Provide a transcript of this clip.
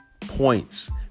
points